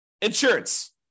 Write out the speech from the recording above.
insurance